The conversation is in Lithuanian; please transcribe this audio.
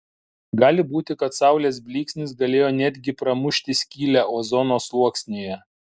gali būti kad saulės blyksnis galėjo net gi pramušti skylę ozono sluoksnyje